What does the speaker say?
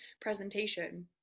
presentation